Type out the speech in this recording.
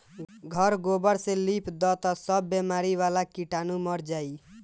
घर गोबर से लिप दअ तअ सब बेमारी वाला कीटाणु मर जाइ